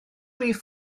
rhif